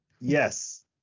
yes